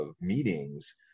meetings